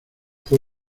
fue